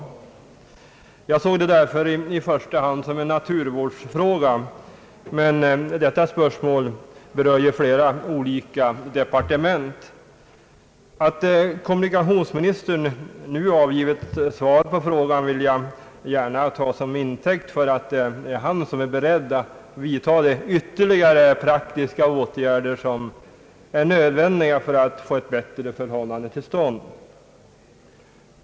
Därför såg jag i första hand detta som en naturvårdsfråga, men spörsmålet berör ju flera olika departement. Att kommunikationsministern nu svarat på frågan vill jag gärna ta till intäkt för att han är beredd att vidta de ytterligare praktiska åtgärder som är nödvändiga för att vi skall få ett bättre förhållande till stånd.